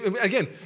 again